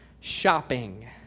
shopping